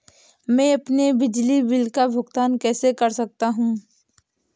मैं अपने बिजली बिल का भुगतान कैसे कर सकता हूँ?